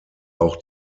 auch